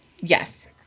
Yes